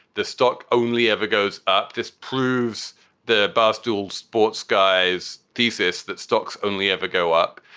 the stock only ever goes up, just proves the barstool sports guys thesis that stocks only ever go up,